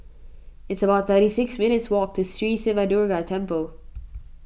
it's about thirty six minutes' walk to Sri Siva Durga Temple